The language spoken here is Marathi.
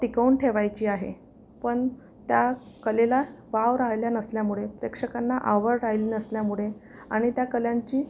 टिकवून ठेवायची आहे पण त्या कलेला वाव राहिल्या नसल्यामुळे प्रेक्षकांना आवड राहिली नसल्यामुळे आणि त्या कलांची